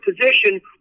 position